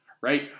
right